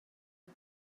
are